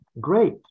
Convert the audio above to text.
great